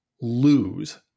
lose